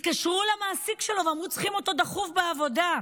התקשרו למעסיק שלו ואמרו: צריכים אותו דחוף בעבודה.